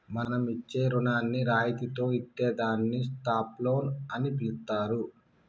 మనకు ఇచ్చే రుణాన్ని రాయితితో ఇత్తే దాన్ని స్టాప్ లోన్ అని పిలుత్తారు